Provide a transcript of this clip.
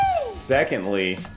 secondly